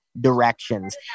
directions